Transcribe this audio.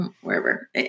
wherever